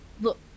look